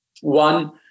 One